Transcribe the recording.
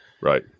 Right